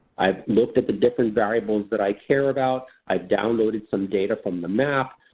i've looked at the different variables that i care about, i downloaded some data from the map,